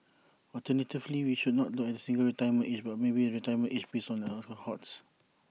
alternatively we should not look at A single retirement age but maybe A retirement age based on age cohorts